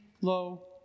low